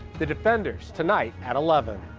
the defenders tonight at eleven